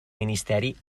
ministeri